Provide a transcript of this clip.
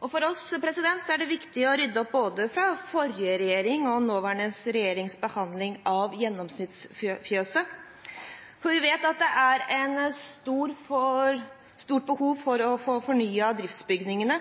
For oss er det viktig å rydde opp både etter forrige regjerings og nåværende regjerings behandling av gjennomsnittsfjøset, for vi vet at det er et stort behov for å få fornyet driftsbygningene.